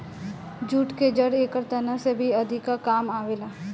jute के जड़ एकर तना से भी अधिका काम आवेला